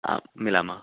आं मिलामः